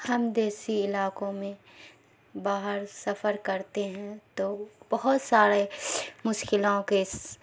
ہم دیسی علاقوں میں باہر سفر کرتے ہیں تو بہت سارے مشکلوں کے